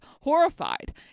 horrified